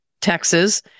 texas